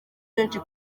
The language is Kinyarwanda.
benshi